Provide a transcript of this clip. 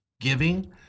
Giving